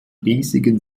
riesigen